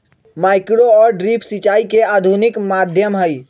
micro और drip सिंचाई के आधुनिक माध्यम हई